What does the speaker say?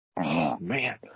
man